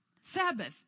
Sabbath